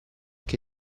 che